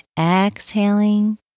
exhaling